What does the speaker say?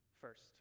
First